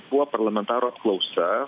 buvo parlamentarų apklausa